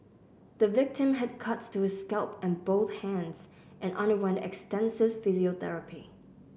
the victim had cuts to his scalp and both hands and underwent extensive physiotherapy